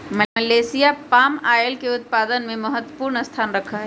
Malaysia palm oil के उत्पादन में महत्वपूर्ण स्थान रखा हई